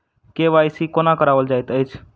KYC कोना कराओल जाइत अछि?